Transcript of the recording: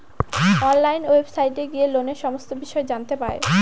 online ওয়েবসাইটে গিয়ে লোনের সমস্ত বিষয় জানতে পাই